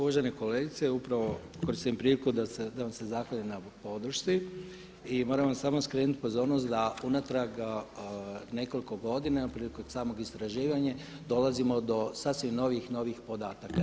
Uvažena kolegice, upravo koristim priliku da vam se zahvalim na podršci i moram vam samo skrenuti pozornost da unatrag nekoliko godina prilikom samog istraživanja dolazimo do sasvim novih podataka.